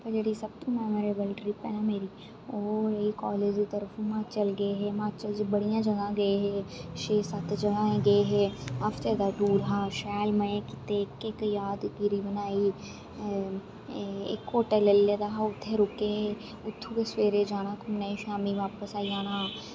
पर जेह्ड़ी सब तो मैमरेवल ट्रिप ऐ ना मेरी ओह् एह् कालेज दी तरफो हिमाचल गे हे हिमाचल च बड़ियां जगह् गे हे छे सत्त जगहें गे हे हफ्ते दा टूर हा शैल मजे कीते इक इक जादगिरी बनाई इक होटल लेई लेदा हा उत्थें रुके उत्थूं गै सवेरे जाना घूमने गी शाम्मी बापस आई जाना